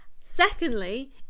Secondly